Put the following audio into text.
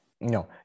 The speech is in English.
No